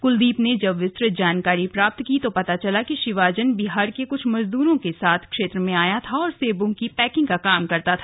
कुलदीप ने जब विस्तृत जानकारी प्राप्त की तो पता चला कि शीवाजन बिहार के ँकुछ मजदूरों के साथ क्षेत्र में आया था और सेबों की पैकिंग का काम करता था